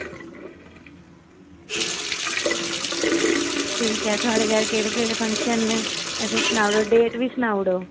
ठीक ऐ थुआढ़े घर केह्डे़ केह्डे़ फक्शंन ना असेंगी सनाई ओड़ो ते डेट बी सनाई ओड़ो